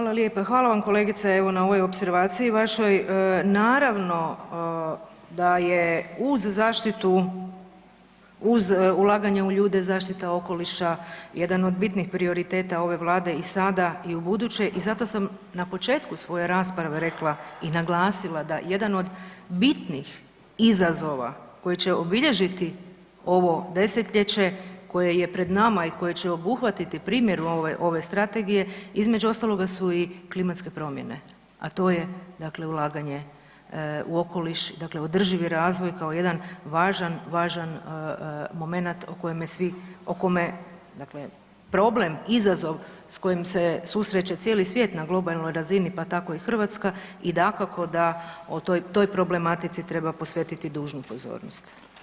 Hvala lijepa, hvala vam kolegice evo na ovoj opservaciji vašoj, naravno da je uz zaštitu, uz ulaganje u ljude zaštita okoliša jedan od bitnih prioriteta ove Vlade i sada i u buduće i zato sam na početku svoje rasprave rekla i naglasila da jedan od bitnih izazova koji će obilježiti ovo desetljeće koje je pred nama i koje će obuhvatiti primjenu ove strategije između ostaloga su i klimatske promjene, a to je dakle ulaganje u okoliš, dakle održivi razvoj kao jedan važan, važan momenat o kojeme svi, o kome dakle problem, izazov s kojim se susreće cijeli svijet na globalnoj razini pa tako i Hrvatska i dakako da o toj, toj problematici treba posvetiti dužnu pozornost.